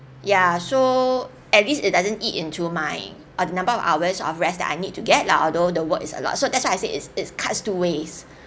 ya so at least it doesn't eat into my uh the number of hours of rest and I need to get lah although the work is a lot so that's why I said is it's cuts two ways